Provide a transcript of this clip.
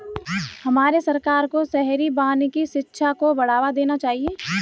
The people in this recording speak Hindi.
हमारे सरकार को शहरी वानिकी शिक्षा को बढ़ावा देना चाहिए